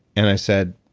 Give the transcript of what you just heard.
and i said,